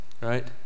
Right